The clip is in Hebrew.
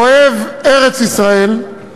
אוהב ארץ-ישראל,